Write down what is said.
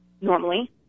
normally